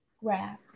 grab